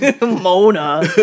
Mona